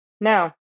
no